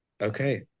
Okay